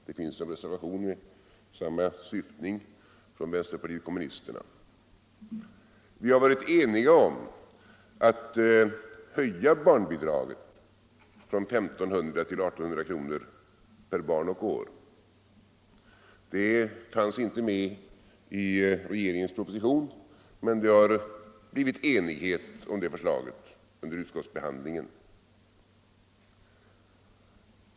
Det finns en reservation från vänsterpartiet kommunisterna med denna syftning. Vi har varit eniga om att höja barnbidraget från 1 500 till 1 800 kr. per barn och år. Det förslaget fanns inte med i regeringens proposition, men det har blivit enighet om det under utskottsbehandlingen.